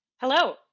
Hello